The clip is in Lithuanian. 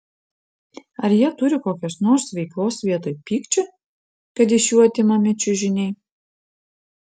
ar jie turi kokios nors veiklos vietoj pykčio kad iš jų atimami čiužiniai